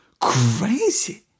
crazy